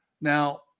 Now